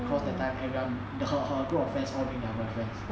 cause that time everyone her her group of friends all bring their boyfriends